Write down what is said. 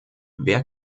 wer